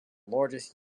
largest